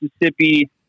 Mississippi